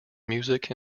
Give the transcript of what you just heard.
music